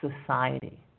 society